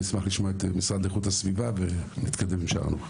אשמח לשמוע את משרד לאיכות הסביבה ונתקדם משם.